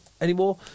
anymore